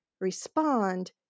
respond